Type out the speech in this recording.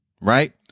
Right